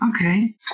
Okay